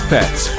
Pets